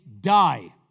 die